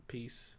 Peace